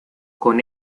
con